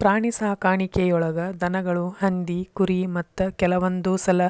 ಪ್ರಾಣಿಸಾಕಾಣಿಕೆಯೊಳಗ ದನಗಳು, ಹಂದಿ, ಕುರಿ, ಮತ್ತ ಕೆಲವಂದುಸಲ